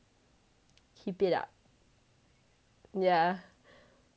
keep it up yeah